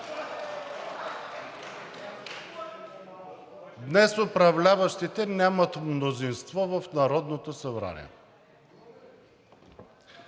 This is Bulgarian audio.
Днес управляващите нямат мнозинство в Народното събрание.